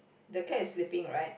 the cat is sleeping right